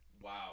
Wow